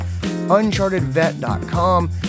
unchartedvet.com